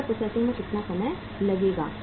order processing में कितना समय लगेगा